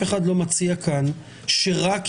את